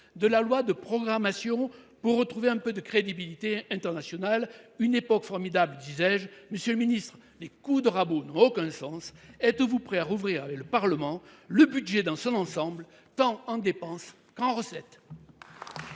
de la loi de programmation, afin de retrouver un peu de crédibilité internationale. Une époque formidable, disais je… Monsieur le ministre, vos coups de rabot n’ont aucun sens. Êtes vous prêt à rouvrir avec le Parlement le débat sur le budget dans son ensemble, tant sur les dépenses que sur les recettes ?